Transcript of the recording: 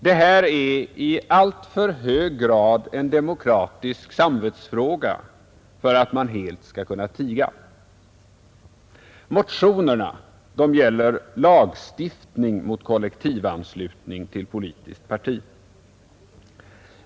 Detta är i alltför hög grad en demokratisk samvetsfråga för att man helt skall kunna tiga. Motionerna gäller lagstiftning mot kollektivanslutning till politiskt parti.